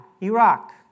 Iraq